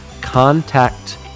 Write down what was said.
Contact